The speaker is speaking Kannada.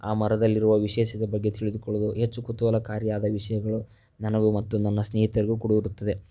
ಆ ಮರದಲ್ಲಿರುವ ವಿಶೇಷತೆ ಬಗ್ಗೆ ತಿಳಿದುಕೊಳ್ಳುದು ಹೆಚ್ಚು ಕುತುಹಲಕಾರಿಯಾದ ವಿಷಯಗಳು ನನಗು ಮತ್ತು ನನ್ನ ಸ್ನೇಹಿತರಿಗು ಕುಡು ಇರುತ್ತದೆ